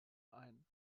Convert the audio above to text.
ein